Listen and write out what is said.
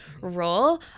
role